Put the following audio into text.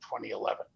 2011